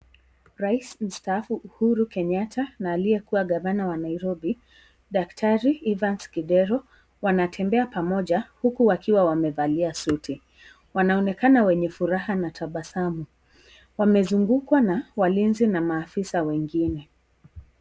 Rais mstaafu Uhuru Kenyatta, na aliyekuwa gavana wa Nairobi daktari Evans Kidero, wanatembea pamoja huku wakiwa wamevalia suti. Wanaonekana wenye furaha na tabasamu. Wamezungukwa na walinzi na maafisa wengine.